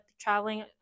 traveling